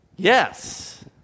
yes